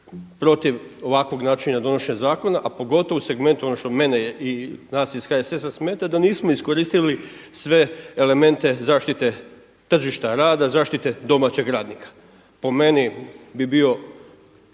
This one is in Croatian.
protiv ovakvog načina donošenja zakona, a pogotovo u segmentu ono što mene i nas iz HSS-a smeta da nismo iskoristili sve elemente zaštite tržišta rada, zaštite domaćeg radnika. Po meni bi bio